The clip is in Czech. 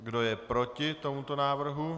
Kdo je proti tomuto návrhu?